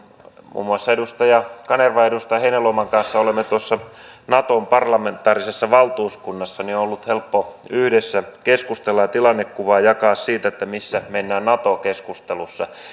muun muassa edustaja kanervan ja edustaja heinäluoman kanssa olemme tuossa naton parlamentaarisessa valtuuskunnassa niin on ollut helppo yhdessä keskustella ja tilannekuvaa jakaa siitä missä mennään nato keskustelussa